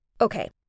Okay